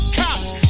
cops